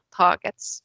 targets